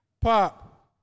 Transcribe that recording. Pop